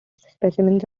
specimens